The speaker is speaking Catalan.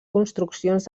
construccions